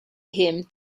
him